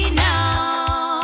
now